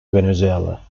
venezuela